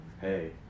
hey